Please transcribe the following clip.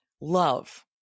love